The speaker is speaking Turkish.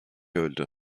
öldü